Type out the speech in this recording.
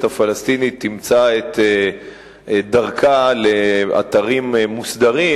הפלסטינית תמצא את דרכה לאתרים מוסדרים